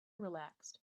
relaxed